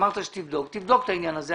תבדוק את העניין הזה.